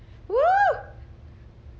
!woo!